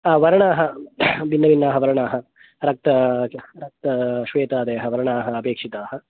वर्णाः भिन्नभिन्नाः वर्णाः रक्त श्वेतादयः वर्णाः अपेक्षिताः